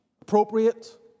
appropriate